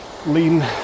Lean